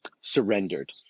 surrendered